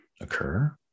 occur